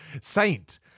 saint